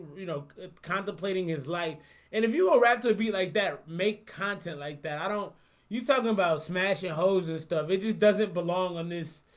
you know contemplating his life and if you all raptor be like that make content like that i don't you're talking about smashing hoes and stuff. it just doesn't belong on this.